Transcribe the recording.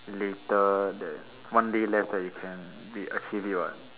later then one day less that you can be actually what